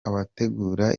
abategura